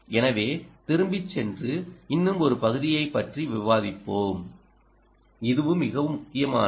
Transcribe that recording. எனவே திரும்பிச் சென்று இன்னும் ஒரு பகுதியைப் பற்றி விவாதிப்போம் இதுவும் மிக முக்கியமானது